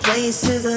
Places